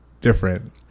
different